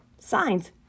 signs